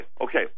okay